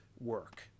work